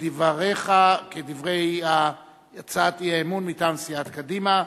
כדבריך, כדברי הצעת האי-האמון מטעם סיעת קדימה.